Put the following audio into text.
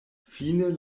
fine